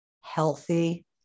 healthy